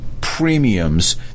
premiums